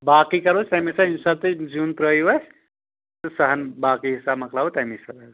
باقٕے کرو أسۍ تَمےَ ساتہِ ییٚمہِ ساتہٕ تُہۍ زِیُن ترٛٲوِو اَسہِ تہٕ یۅس ہَن باقٕے حِساب مۄکلاوَو تمی ساتہٕ حظ